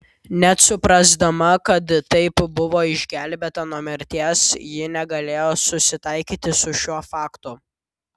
net suprasdama kad taip buvo išgelbėta nuo mirties ji negalėjo susitaikyti su šiuo faktu